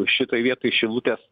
šitoj vietoj šilutės